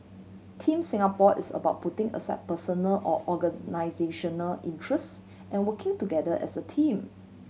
Team Singapore is about putting aside personal or organisational interests and working together as a team